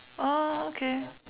ah okay